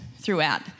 throughout